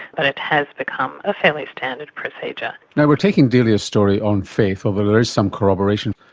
but it has become a fairly standard procedure. we're taking delia's story on faith, although there is some corroboration.